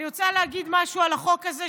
אני רוצה להגיד משהו על החוק הזה,